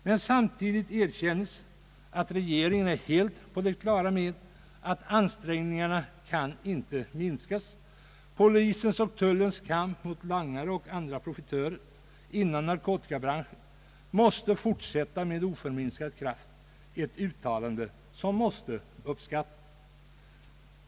Men samtidigt erkänns att regeringen är helt på det klara med att ansträngningarna inte kan minskas. Polisens och tullens kamp mot langare och andra profitörer inom narkotikabranschen måste fortsätta med oförminskad kraft — ett uttalande som måste uppskattas.